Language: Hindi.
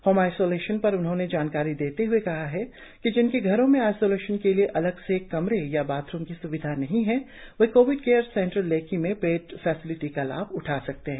होम आईसोलेशन पर उन्होंने जानकारी देते हए कहा कि जिनके घरों में आईसोलेशन के लिए अलग से कमरे या बाथरुम की स्विधा नहीं है वे कोविड केयर सेंटर लेखी में पेड फेसिलटी का लाभ उठा सकते है